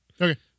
Okay